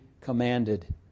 commanded